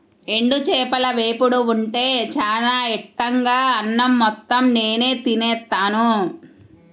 ఎండు చేపల వేపుడు ఉంటే చానా ఇట్టంగా అన్నం మొత్తం నేనే తినేత్తాను